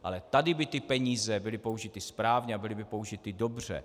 Ale tady by ty peníze byly použity správně a byly by použity dobře.